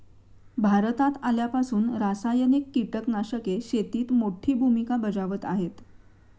भारतात आल्यापासून रासायनिक कीटकनाशके शेतीत मोठी भूमिका बजावत आहेत